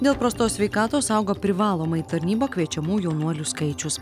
dėl prastos sveikatos auga privalomai į tarnybą kviečiamų jaunuolių skaičius